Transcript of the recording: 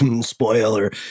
Spoiler